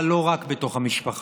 אבל לא רק בתוך המשפחה.